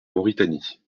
mauritanie